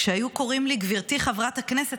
כשהיו קוראים לי: גברתי חברת הכנסת,